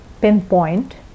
pinpoint